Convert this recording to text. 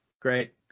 Great